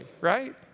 right